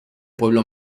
pueblo